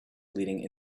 leading